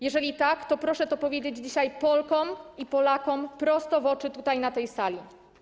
Jeżeli tak, to proszę to powiedzieć dzisiaj Polkom i Polakom prosto w oczy tutaj, na tej sali.